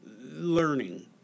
learning